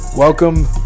Welcome